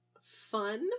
fun